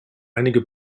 einige